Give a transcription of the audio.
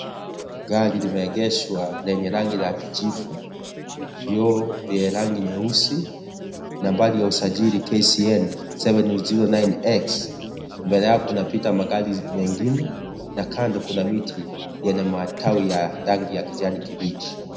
Gari limeegeshwa lenye rangi la kijivu. Vioo vyenye rangi nyeusi nambari ya usajili KCN 709X mbele yao kunapita magari mengine na kando kuna miti yenye matawi ya rangi ya kijani kibichi.